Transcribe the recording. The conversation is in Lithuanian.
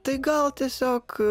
tai gal tiesiog